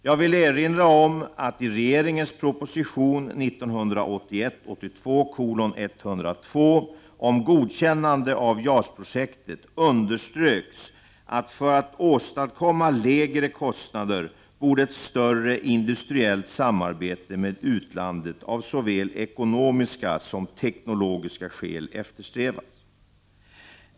Jag vill erinra om att i regeringens proposition 1981/82:102 om godkännande av JAS-projektet underströks att för att åstadkomma lägre kostnader borde ett större industriellt samarbete med utlandet av såväl ekonomiska som teknologiska skäl eftersträvas.